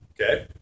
Okay